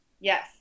Yes